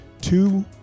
two